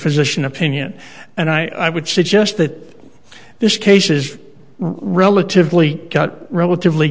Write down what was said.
physician opinion and i would suggest that this case is relatively relatively